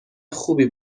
خوبی